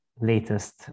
latest